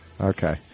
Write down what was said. Okay